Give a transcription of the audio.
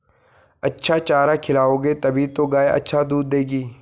अच्छा चारा खिलाओगे तभी तो गाय अच्छा दूध देगी